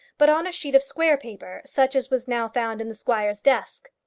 but on a sheet of square paper such as was now found in the squire's desk.